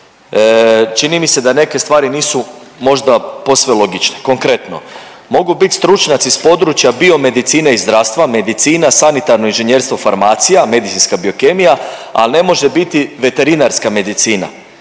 čini mi se da neke stvari nisu možda posve logične. Konkretno, mogu bit stručnjaci s područja biomedicine i zdravstva, medicina, sanitarno inženjerstvo, farmacija, medicinska biokemija, ali ne može biti veterinarska medicina